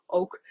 ook